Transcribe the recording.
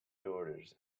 daughters